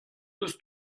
diouzh